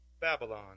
Babylon